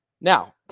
Now